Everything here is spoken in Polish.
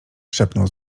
szepnął